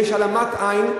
ויש העלמת עין,